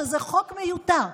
שזה חוק מיותר.